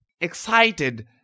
excited